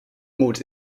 moed